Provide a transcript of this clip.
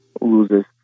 loses